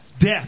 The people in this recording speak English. death